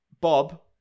Bob